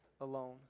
alone